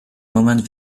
moment